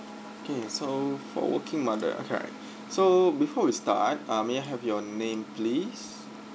okay so for working mother right so before we start uh may I have your name please